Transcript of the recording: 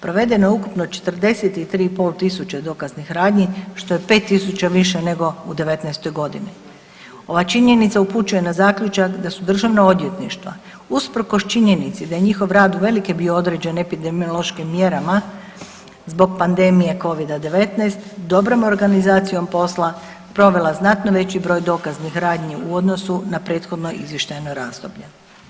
Provedeno je ukupno 43 i pol tisuće dokaznih radnji, što je 5 tisuća više nego u '19. g. Ova činjenica upućuje na zaključak da su državna odvjetništva usprkos činjenici da je njihov rad uvelike bio određen epidemiološkim mjerama zbog pandemije Covida-19, dobrom organizacijom posla provela znatno veći broj dokaznih radnji u odnosu na prethodno izvještajno razdoblje.